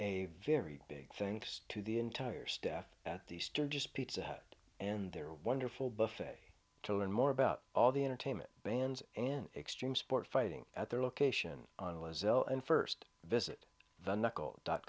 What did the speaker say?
a very big thanks to the entire staff at the sturgis pizza hut and their wonderful buffet to learn more about all the entertainment bans in extreme sports fighting at their location on was ellen first visit the knuckle dot